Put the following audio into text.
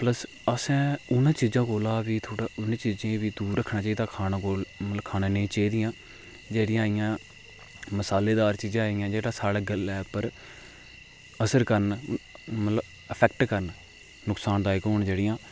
plus असें उ'नें चीजें कोला बी थोह्ड़ा उ'नें चीजें बी दूर रखना चाहिदा खाना नेईं मतलब नेईं चाहिदियां जेह्ड़ियां इ'यां मसालेदार चीजां आइयां जेह्ड़ा साढ़े गले उप्पर असर करन मतलब अफेक्ट करन नुक्सानदायक होन जेह्ड़ियां